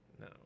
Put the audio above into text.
No